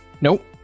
Nope